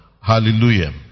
Hallelujah